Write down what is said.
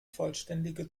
vollständige